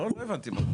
לא, לא הבנתי.